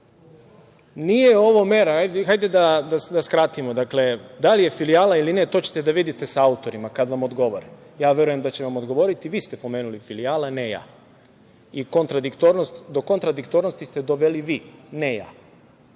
nije ovo mera. Hajde da skratimo. Dakle, da li je filijala ili ne to ćete da vidite sa autorima kada vam odgovore. Ja verujem da će vam odgovoriti. Vi ste pomenuli filijale, a ne ja. Do kontradiktornosti ste doveli vi, ne ja.